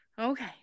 Okay